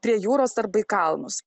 prie jūros arba į kalnus